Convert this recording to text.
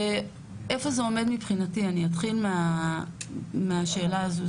איפה זה עומד מבחינתי, אני אתחיל מהשאלה הזו.